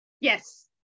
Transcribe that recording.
Yes